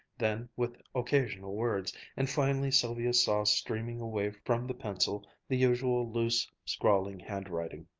then with occasional words, and finally sylvia saw streaming away from the pencil the usual loose, scrawling handwriting.